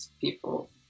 people